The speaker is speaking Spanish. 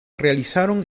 realizaron